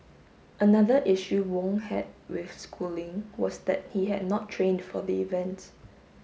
another issue Wong had with schooling was that he had not trained for the event